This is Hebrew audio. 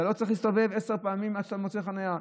אתה לא צריך להסתובב עשר פעמים עד שאתה מוצא חנייה.